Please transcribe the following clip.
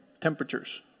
temperatures